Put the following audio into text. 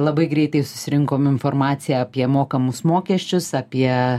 labai greitai susirinkom informaciją apie mokamus mokesčius apie